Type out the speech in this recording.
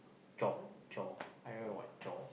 job chore I don't know what chore